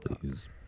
please